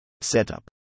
Setup